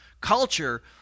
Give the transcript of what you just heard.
culture